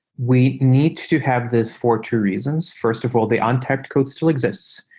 we need to have this for two reasons. first of all, the un-typed code still exists,